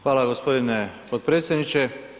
Hvala gospodine potpredsjedniče.